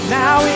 now